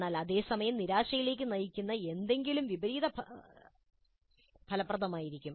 എന്നാൽ അതേ സമയം നിരാശയിലേക്ക് നയിക്കുന്ന എന്തെങ്കിലും വിപരീത ഫലപ്രദമായിരിക്കും